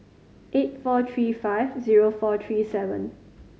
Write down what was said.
eight four three five zero four three seven